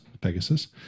Pegasus